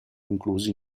inclusi